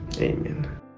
Amen